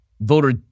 voter